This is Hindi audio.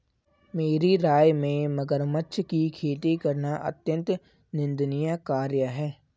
मेरी राय में मगरमच्छ की खेती करना अत्यंत निंदनीय कार्य है